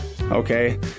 okay